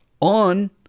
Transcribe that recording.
on